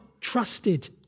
trusted